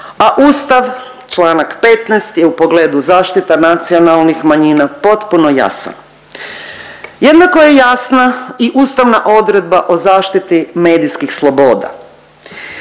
a Ustav čl. 15. je u pogledu zaštita nacionalnih manjina potpuno jasan. Jednako je jasna i ustavna odredba o zaštiti medijskih sloboda.